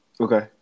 Okay